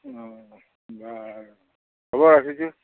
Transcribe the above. অ' হ'ব ৰাখিছোঁ